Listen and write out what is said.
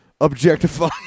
objectify